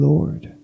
Lord